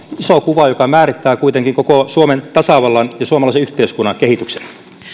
iso kuva joka määrittää kuitenkin koko suomen tasavallan ja suomalaisen yhteiskunnan kehityksen